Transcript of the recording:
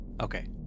Okay